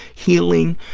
healing,